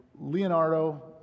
Leonardo